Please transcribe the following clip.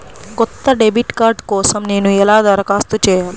కొత్త debit card కోసం నేను ఎలా దరఖాస్తు చేయాలి?